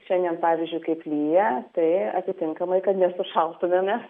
šiandien pavyzdžiui kaip lyja tai atitinkamai kad nesušaltumėme